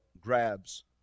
grabs